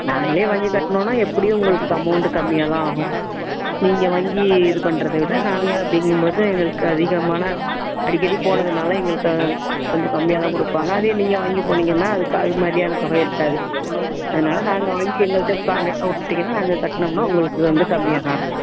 நாங்களே வாங்கி கட்டினோனா எப்படியும் உங்களுக்கு அமௌன்ட்டு கம்மியாக தான் ஆகும் நீங்கள் வாங்கி இது பண்ணுறத விட நாங்கள் அப்படிங்கும்போது எங்களுக்கு அதிகமான அடிக்கடி போனதுனால எங்களுக்கு கொஞ்சம் கம்மியாக தான் கொடுப்பாங்க அதே நீங்கள் வாங்கி போனிங்கன்னா அதற்கு அது மாதிரியான தொகை இருக்காது அதனால நாங்கள் வாங்கி எங்கள்கிட்ட கான்டக்ட் விட்டிங்கனா நாங்கள் கட்டுனோம்னா உங்களுக்கு வந்து கம்மியாக தான் இருக்கும்